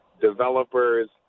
developers